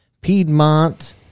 Piedmont